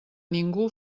ningú